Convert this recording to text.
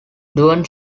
duane